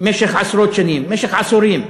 משך עשרות שנים, משך עשורים?